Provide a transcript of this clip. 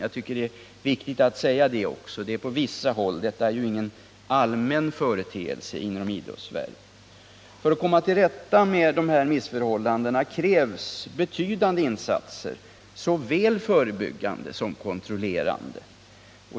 Jag tycker att det är viktigt att säga att det är på vissa håll inom idrotten — detta är ju ingen allmän företeelse inom idrottsvärlden. För att komma till rätta med dessa missförhållanden krävs betydande insatser, såväl förebyggande som kontrollerande.